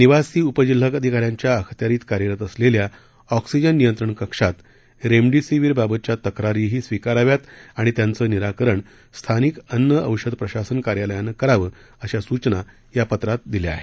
निवासी उपजिल्हाधिकाऱ्यांच्या अखत्यारीत कार्यरत असलेल्या ऑक्सिजन नियंत्रण कक्षात रेमडीसीवीर बाबतच्या तक्रारीही स्विकाराव्यात आणि त्यांचं निराकरण स्थानिक अन्न औषध प्रशासन कार्यालयानं करावं अशा सूचना या पत्रात दिल्या आहेत